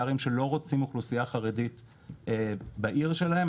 ערים שלא רוצים אוכלוסייה חרדית בעיר שלהם,